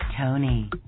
Tony